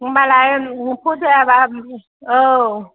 होमबालाय फसायाबा औ